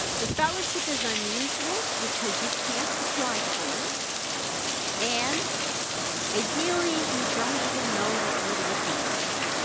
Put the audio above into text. the fellowship is unusual because you can't apply for it and ideally you don't even know that we're looking at you.